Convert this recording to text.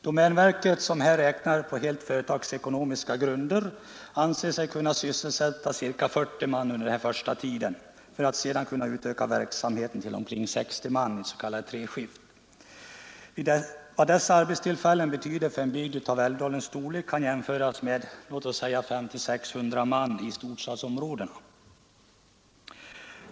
Domänverket, som här räknat på helt företagsekonomiska grunder, anser sig kunna sysselsätta ca 40 man under den första tiden för att sedan utöka verksamheten till omkring 60 man i s.k. treskiftsgång. Vad dessa arbetstillfällen betyder för en bygd av Älvdalens storlek kan jämföras med sysselsättning för 500—600 man i storstadsområdena.